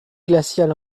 glacial